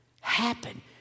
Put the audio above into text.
happen